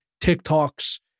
TikToks